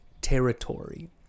territory